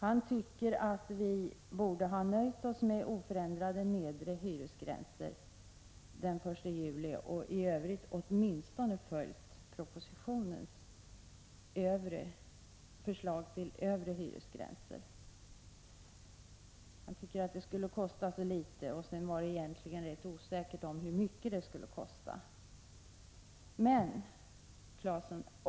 Han tycker att vi borde ha nöjt oss med oförändrade nedre hyresgränser den 1 juli och i övrigt åtminstone följt propositionens förslag till övre hyresgränser. Han tycker att det borde kosta så litet och att det egentligen är rätt osäkert hur mycket det skulle kosta.